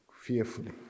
fearfully